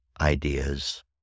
ideas